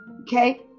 Okay